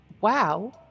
wow